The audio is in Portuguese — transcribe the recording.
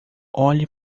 olhe